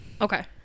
okay